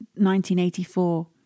1984